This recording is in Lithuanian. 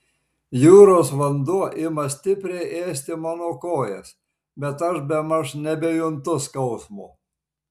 jūros vanduo ima stipriai ėsti mano kojas bet aš bemaž nebejuntu skausmo